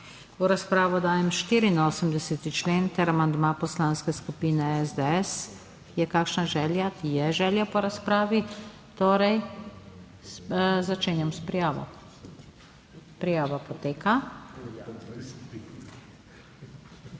V razpravo dajem 84. člen ter amandma Poslanske skupine SDS. Je kakšna želja, ki je želja po razpravi? Torej začenjam s prijavo. Prijava poteka.